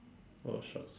oh sharks